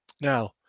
Now